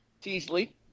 Teasley